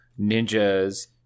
ninjas